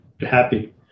happy